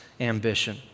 ambition